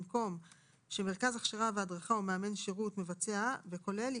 במקום "שמרכז הכשרה והדרכה או מאמן חיית שירות מבצע וכולל"